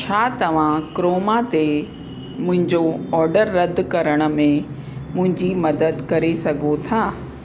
छा तव्हां क्रोमा ते मुंहिंजो ऑर्डर रद करण में मुंहिंजी मदद करे सघो था